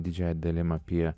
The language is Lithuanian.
didžiąja dalim apie